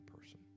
person